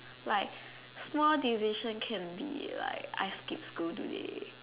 like small decision can be like I skip school today